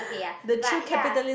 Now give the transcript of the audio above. ya but ya